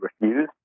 refused